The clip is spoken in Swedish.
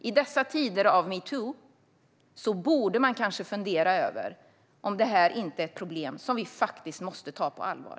I dessa tider av metoo borde man kanske fundera över om detta inte är ett problem vi faktiskt måste ta på allvar.